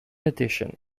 addition